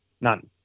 none